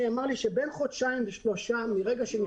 נאמר לי שבין חודשיים לשלושה מרגע שאני